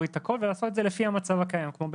את זה לפי המצב הקיים כיום,